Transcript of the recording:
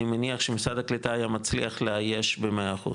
אני מניח שמשרד הקליטה היה מצליח לאייש במאה אחוז.